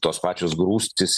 tos pačios grūstys